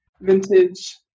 vintage